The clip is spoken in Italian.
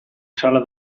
sala